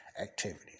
activity